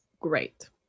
great